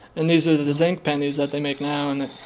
and these are the zinc pennies that they make now and that.